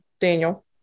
Daniel